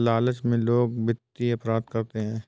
लालच में लोग वित्तीय अपराध करते हैं